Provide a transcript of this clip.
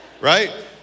right